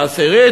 והעשירי,